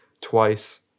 twice